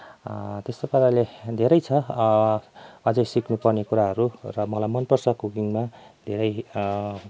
त्यस्तो पाराले धेरै छ अझै सिक्नुपर्ने कुराहरू र मलाई मन पर्छ कुकिङमा धेरै